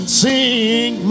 sing